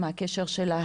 מה הקשר שלהם,